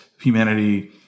humanity